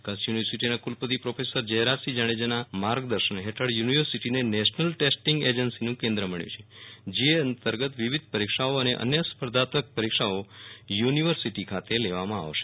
કચ્છ યુ નિવર્સિટીના કુલપતિ પ્રોફેસર જયરાજસિંહ જાડેજાના માર્ગદર્શન હેઠળ યુ નિવર્સિટીને નેશનલ ટેસ્ટીંગ એજન્સીનું કેન્દ્ર મબ્યુ છે જે અંતર્ગત વિવિધ પ્રવેશ પરીક્ષાઓ અને અન્ય સ્પર્ધાત્મક પરીક્ષાઓ યુનિવર્સિટી ખાતે લેવામાં આવશે